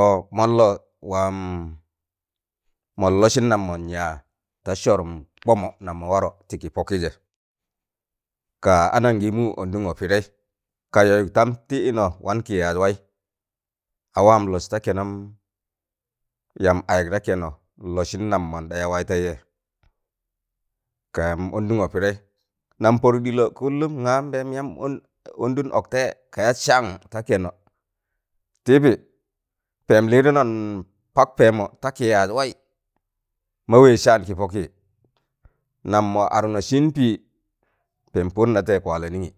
ọ mọllọ waam, mọn lọsịn nam mọn yaa ta sọrụm kọmọ nam mọ warọ tị ki pọkị jẹ ka anangịịmụ ondungo pịdẹị ka yọyụk ton tịị nọ wan kị yazị wẹị a waan n los ta kẹnọm yam a yụk da kẹnọ n lọsịn nam mọn ɗa ya waịtẹịjẹ ka yam ọndụngọ pudẹị nan pọdụk ɗịlọ kullum ngaa npẹẹm yam ọn adụn ọktẹịjẹ ka yat saang ta kẹnọ tịbị pẹẹm lịịdụnọn pak pẹẹmọ takị yaz waị mo wẹịz saan kị pọkị nam ọọ adụknọ sịịn pịị pẹẹm pot natẹị kwalẹ nịnyị.